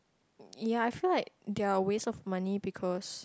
ya I feel like they're waste of money because